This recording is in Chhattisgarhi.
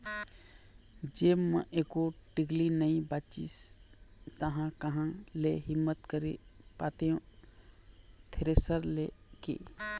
जेब म एको टिकली नइ बचिस ता काँहा ले हिम्मत करे पातेंव थेरेसर ले के